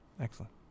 Excellent